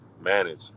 manage